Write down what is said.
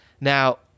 Now